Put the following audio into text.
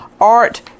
Art